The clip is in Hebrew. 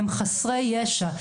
הם חסרי ישע.